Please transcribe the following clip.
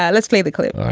yeah let's play the clip ah